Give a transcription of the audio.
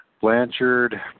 Blanchard